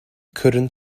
couldn’t